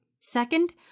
Second